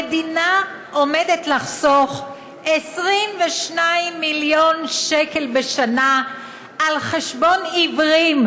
המדינה עומדת לחסוך 22 מיליון שקלים בשנה על חשבון עיוורים